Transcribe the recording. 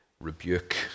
rebuke